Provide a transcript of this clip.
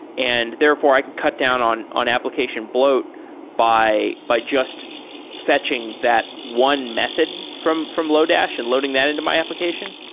and therefore i can cut down on on application bloat by by just fetching that one method from from lodash and loading that into my application?